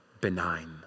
Benign